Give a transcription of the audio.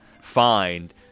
find